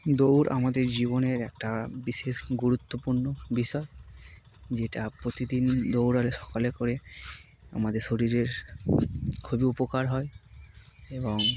দৌড় আমাদের জীবনের একটা বিশেষ গুরুত্বপূর্ণ বিষয় যেটা প্রতিদিন দৌড়ালে সকালে করে আমাদের শরীরের খুবই উপকার হয় এবং